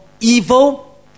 evil